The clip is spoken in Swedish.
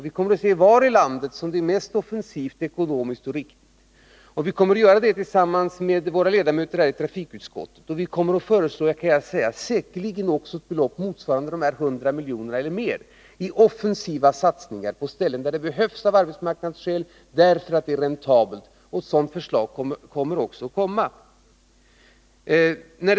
Vi kommer att undersöka var i landet det är mest offensivt, ekonomiskt och riktigt att satsa. Det skall vi göra tillsammans med ledamöterna i trafikutskottet. Säkerligen kommer vi att föreslå ett belopp som motsvarar eller överstiger era 120 milj.kr. för offensiva satsningar på orter där sådana av arbetsmarknadspolitiska skäl behövs och där satsningarna är räntabla. Ett sådant förslag kommer.